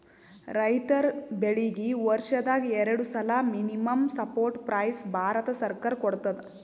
ರೈತರ್ ಬೆಳೀಗಿ ವರ್ಷದಾಗ್ ಎರಡು ಸಲಾ ಮಿನಿಮಂ ಸಪೋರ್ಟ್ ಪ್ರೈಸ್ ಭಾರತ ಸರ್ಕಾರ ಕೊಡ್ತದ